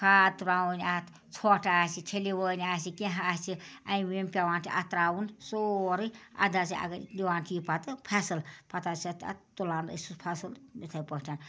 کھاد تراوٕنۍ اَتھ ژھوٚٹ آسہِ چھلیٖوٲنۍ آسہِ کیٚنہہ آسہِ أمۍ ؤمۍ پٮ۪وان چھِ اَتھ تراوُن سورٕے اَدٕ حظ دِوان چھِ یہِ پتہٕ فَصٕل پتہٕ حظ چھِ اَتھ تُلان أسۍ سُہ فَصل اِتھٕے پٲٹھۍ